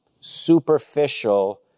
superficial